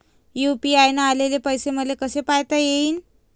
UPI न आलेले पैसे मले कसे पायता येईन?